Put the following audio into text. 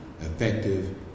effective